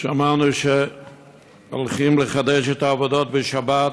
שמענו שהולכים לחדש את העבודות בשבת,